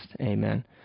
Amen